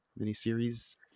Miniseries